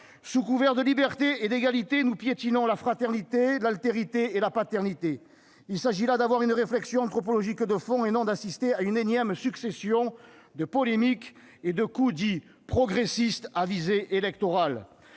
Sous couvert de liberté et d'égalité, nous piétinons la fraternité, l'altérité et la paternité. Il s'agit là d'avoir une réflexion anthropologique de fond, et non d'assister à une énième succession de polémiques et de « coups » dits progressistes à visée électorale.